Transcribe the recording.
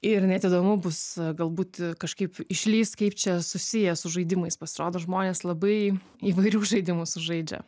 ir net įdomu bus galbūt kažkaip išlįs kaip čia susiję su žaidimais pasirodo žmonės labai įvairių žaidimų sužaidžia